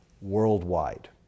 worldwide